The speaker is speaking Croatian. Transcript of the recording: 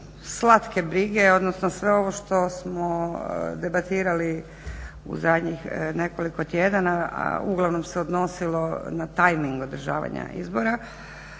slatke brige, odnosno sve ovo što smo debatirali u zadnjih nekoliko tjedana, a uglavnom se odnosilo na tajming održavanja izbora.